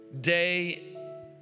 day